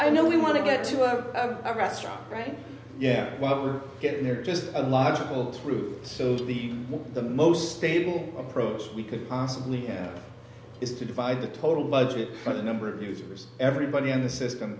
i know we want to get to our restaurant right and yeah what we're getting there just a logical route so it'll be the most stable approach we could possibly have is to divide the total budget for the number of users everybody in the system